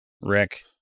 Rick